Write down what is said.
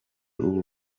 ubu